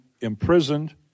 imprisoned